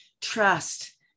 trust